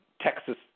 Texas